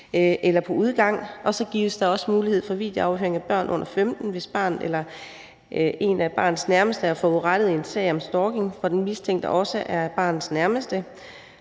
eller er på udgang, og så gives der også mulighed for videoafhøring af børn under 15 år, hvis barnet eller en af barnets nærmeste er forurettet i en sag om stalking, hvor den mistænkte også er barnets nærmeste.